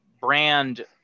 brand